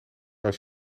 als